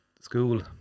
school